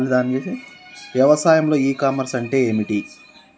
వ్యవసాయంలో e commerce అంటే ఏమిటి?